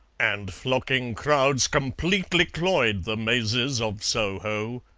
and flocking crowds completely cloyed the mazes of soho.